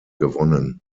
gewonnen